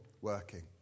working